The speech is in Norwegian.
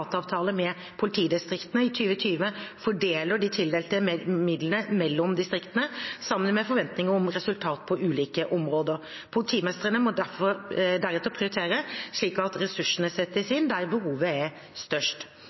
med politidistriktene i 2020 fordeler de tildelte midlene mellom distriktene, sammen med forventninger om resultater på ulike områder. Politimestrene må deretter prioritere slik at ressursene settes inn der behovet er størst.